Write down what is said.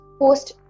Post